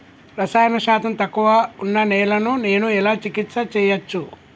రసాయన శాతం తక్కువ ఉన్న నేలను నేను ఎలా చికిత్స చేయచ్చు?